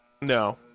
No